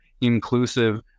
inclusive